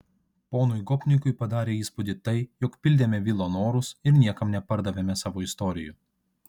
ponui gopnikui padarė įspūdį tai jog pildėme vilo norus ir niekam nepardavėme savo istorijų